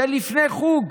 זה לפני חוג,